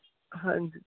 हां जी